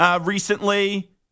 recently